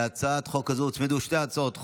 להצעת החוק הזו הוצמדו שתי הצעות חוק,